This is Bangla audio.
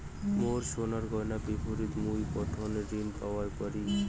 মোর সোনার গয়নার বিপরীতে মুই কোনঠে ঋণ পাওয়া পারি?